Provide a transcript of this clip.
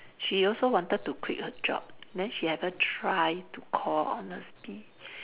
she also wanted to quit her job then she ever try to call honestbee